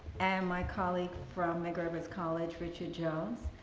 and my colleague from medgar evers college, richard jones.